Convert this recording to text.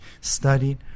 studied